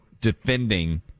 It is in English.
defending